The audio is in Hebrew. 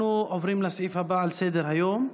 אנחנו עוברים לסעיף הבא על סדר-היום,